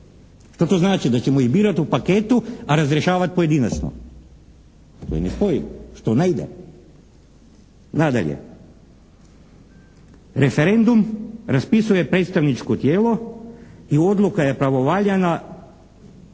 Što to znači? Da ćemo ih birat u paketu a razrješavat pojedinačno. To je nespojivo, što ne ide? Nadalje, referendum raspisuje predstavničko tijelo i odluka je pravovaljana